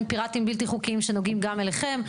פיראטיים בלתי חוקיים שנוגעים גם אליכם.